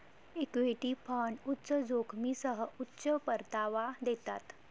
equity fund उच्च जोखमीसह उच्च परतावा देतात